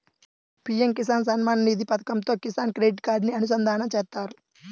PM Kisan Samman Nidhi పథకంతో Kisan credit కార్డుని అనుసంధానం చేత్తారు